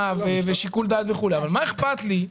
להפעיל שיקול דעת וכולי אבל מה אכפת לי,